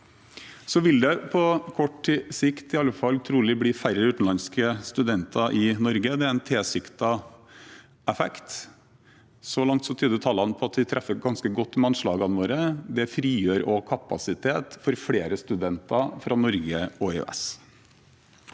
Så vil det på kort sikt, i alle fall trolig, bli færre utenlandske studenter i Norge. Det er en tilsiktet effekt. Så langt tyder tallene på at vi treffer ganske godt med anslagene våre. Det frigjør også kapasitet til flere studenter fra Norge og EØS.